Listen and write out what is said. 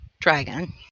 dragon